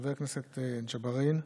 חבר הכנסת ג'בארין,